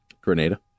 Grenada